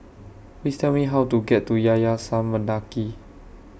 Please Tell Me How to get to Yayasan Mendaki